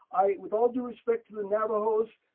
i with all due respect to the navajos,